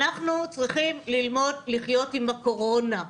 אנחנו צריכים ללמוד לחיות עם הקורונה,